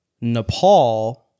Nepal